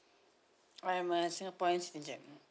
I'm a singaporean citizen